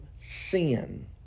sin